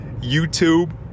YouTube